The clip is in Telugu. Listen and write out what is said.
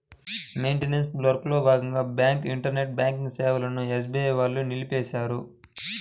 మెయింటనెన్స్ వర్క్లో భాగంగా బ్యాంకు ఇంటర్నెట్ బ్యాంకింగ్ సేవలను ఎస్బీఐ వాళ్ళు నిలిపేశారు